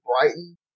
Brighton